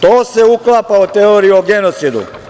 To se uklapa u teoriju o genocidu.